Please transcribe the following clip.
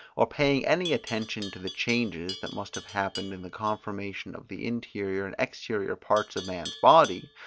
or paying any attention to the changes, that must have happened in the conformation of the interior and exterior parts of man's body,